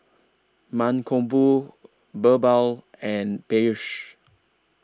Mankombu Birbal and Peyush